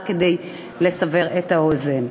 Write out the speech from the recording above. רק כדי לסבר את האוזן.